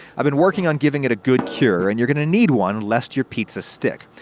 i've been working on giving it a good cure, and you're gonna need one, lest your pizza stick.